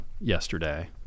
yesterday